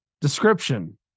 description